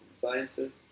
Sciences